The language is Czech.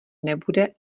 nebude